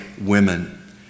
women